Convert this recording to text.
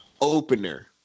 opener